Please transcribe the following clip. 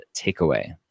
takeaway